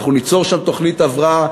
אנחנו ניצור שם תוכנית הבראה,